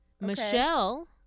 Michelle